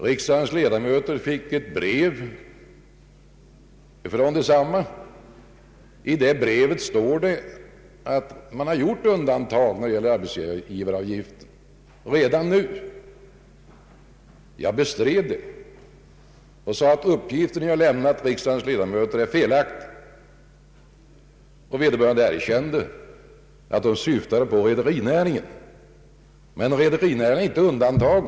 Riksdagens ledamöter har också fått ett brev från dem. I det brevet står det, att man redan nu har gjort undantag när det gäller arbetsgivaravgiften. Jag bestred det och sade att den uppgift som ni har lämnat riksdagens ledamöter är felaktig. Vederbörande erkände att de syftade på rederinäringen. Men rederinäringen är inte undantagen.